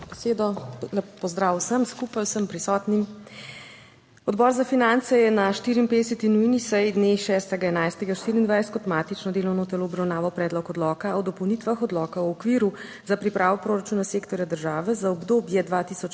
pozdrav vsem skupaj, vsem prisotnim! Odbor za finance je na 54. nujni seji, dne 6. 11. 2024, kot matično delovno telo obravnaval Predlog odloka o dopolnitvah Odloka o okviru za pripravo proračuna sektorja države za obdobje